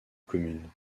commune